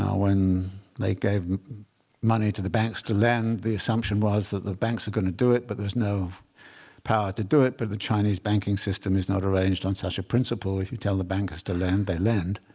when they gave money to the banks to lend, the assumption was that the banks were going to do it. but there's no power to do it. but the chinese banking system is not arranged on such a principle. if you tell the bankers to lend, they lend.